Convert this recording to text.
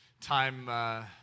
time